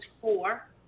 four